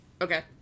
okay